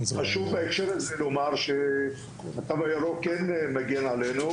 חשוב בהקשר הזה לומר שהתו הירוק כן מגן עלינו,